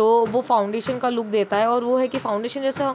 तो वो फाउंडेशन का लुक देता है और वो है के फाउंडेशन जैसा